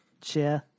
Cheers